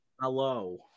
Hello